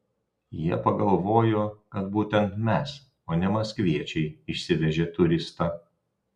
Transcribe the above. jie pagalvojo kad būtent mes o ne maskviečiai išsivežė turistą